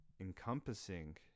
encompassing